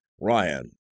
Ryan